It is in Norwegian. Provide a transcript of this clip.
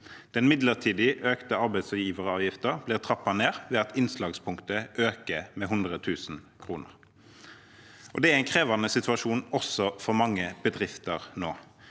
Den midlertidig økte arbeidsgiveravgiften blir trappet ned ved at innslagspunktet øker med 100 000 kr. Det er en krevende situasjon også for mange bedrifter nå.